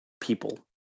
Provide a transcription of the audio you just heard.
people